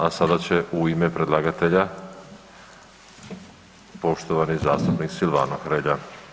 A sada će u ime predlagatelja poštovani zastupnik Silvano Hrelja.